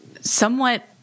somewhat